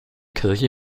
kirche